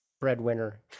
breadwinner